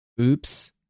Oops